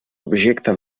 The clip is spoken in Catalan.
objecte